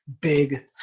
big